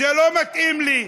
זה לא מתאים לי.